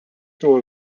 kilo